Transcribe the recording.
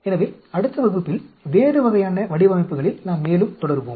எனவே அடுத்த வகுப்பில் வேறு வகையான வடிவமைப்புகளில் நாம் மேலும் தொடருவோம்